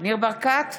ניר ברקת,